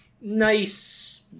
nice